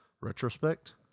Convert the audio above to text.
Retrospect